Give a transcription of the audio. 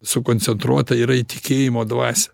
sukoncentruota yra į tikėjimo dvasią